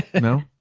No